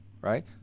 right